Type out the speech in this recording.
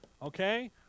Okay